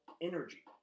energy